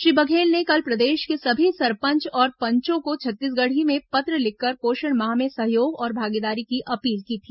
श्री बघेल ने कल प्रदेश के सभी सरपंच और पंचों को छत्तीसगढ़ी में पत्र लिखकर पोषण माह में सहयोग और भागीदारी की अपील की थी